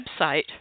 website